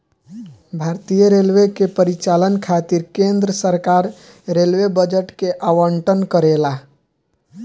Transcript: भारतीय रेलवे के परिचालन खातिर केंद्र सरकार रेलवे बजट के आवंटन करेला